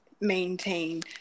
maintain